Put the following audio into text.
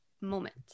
moment